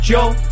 Joe